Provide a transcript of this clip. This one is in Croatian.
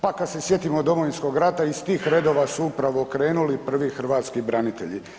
Pa kad se sjetimo Domovinskog rata iz tih redova su upravo krenuli prvi hrvatski branitelji.